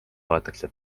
loetakse